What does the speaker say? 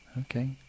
Okay